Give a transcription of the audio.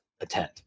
attend